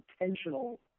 intentional